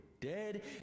dead